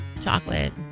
chocolate